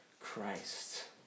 Christ